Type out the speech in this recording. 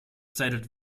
stated